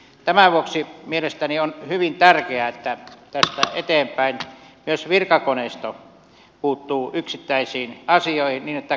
tämän vuoksi mielestäni on hyvin tärkeää että tästä eteenpäin myös virkakoneisto puuttuu yksittäisiin asioihin niin että kannustavuus todella saavutetaan